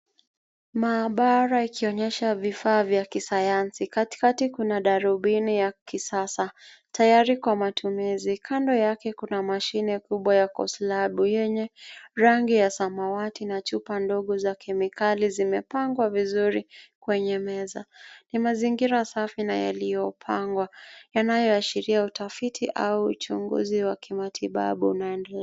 Maabara ikionyesha vifaa vya kisayansi. Katikati kuna darubini ya kisasa ,tayari kwa matumizi. Kando yake kuna mashine kubwa ya koslabu yenye rangi ya samawati na chupa ndogo za kemikali zimepangwa vizuri kwenye meza. Ni mazingira safi na yaliyopangwa, yanayoashiria utafiti au uchunguzi wa kimatibabu unaendelea.